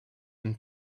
and